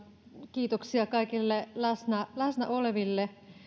kiitoksia kaikille läsnä läsnä oleville